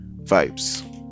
Vibes